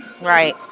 Right